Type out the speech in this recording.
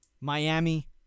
Miami